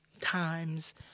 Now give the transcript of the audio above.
times